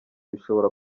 bishobora